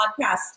podcast